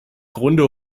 grunde